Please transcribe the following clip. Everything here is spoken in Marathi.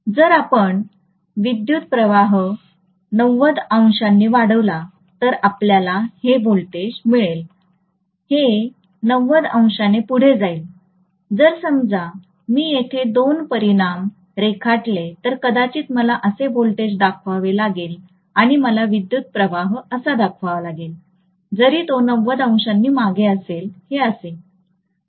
जर आपण विद्युत् प्रवाह ९० अंशांनी वाढविला तर आपल्याला हे व्होल्टेज मिळेल हे ९० अंशांने पुढे जाईल जर समजा मी येथे दोन परिमाण रेखाटले तर कदाचित मला असे व्होल्टेज दाखवावे लागेल आणि मला विद्युत् प्रवाह असा दाखवावा लागेल जरी तो ९० अंशांनी मागे असेल हे असे